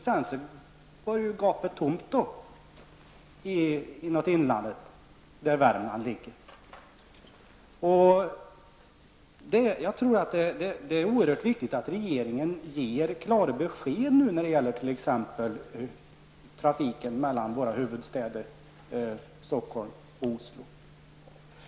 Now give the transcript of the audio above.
Det var ett tomt gap över inlandet, där Värmland ligger. Det är oerhört viktigt att regeringen nu ger klara besked när det t.ex. gäller trafiken mellan huvudstäderna Stockholm och Oslo.